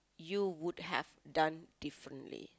you would have done differently